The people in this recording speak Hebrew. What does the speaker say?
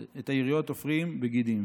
את היריעות תופרים בגידים,